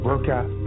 Workout